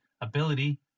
ability